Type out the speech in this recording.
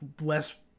less